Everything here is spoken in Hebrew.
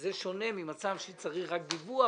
וזה שונה ממצב שבו צריך רק דיווח,